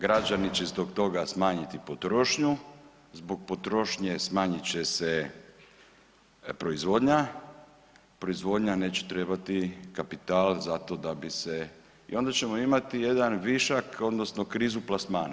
Građani će zbog toga smanjiti potrošnju, zbog potrošnje smanjit će se proizvodnja, proizvodnja neće trebati kapital zato da bi se i onda ćemo imati jedan višak odnosno krizu plasmana.